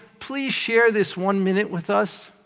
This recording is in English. please share this one minute with us.